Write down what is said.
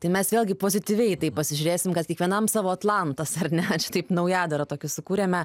tai mes vėlgi pozityviai į tai pasižiūrėsim kad kiekvienam savo atlantas ar ne čia taip naujadarą tokį sukūrėme